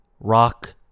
rock